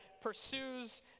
pursues